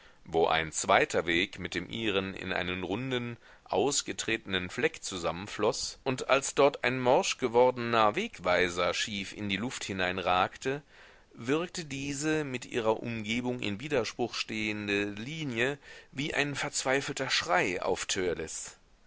wo ein zweiter weg mit dem ihren in einen runden ausgetretenen fleck zusammenfloß und als dort ein morschgewordener wegweiser schief in die luft hineinragte wirkte diese mit ihrer umgebung in widerspruch stehende linie wie ein verzweifelter schrei auf